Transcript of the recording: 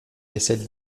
vaisselle